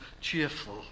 cheerful